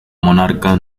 monarca